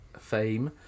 Fame